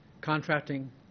contracting